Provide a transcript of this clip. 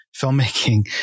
filmmaking